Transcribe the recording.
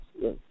yes